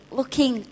looking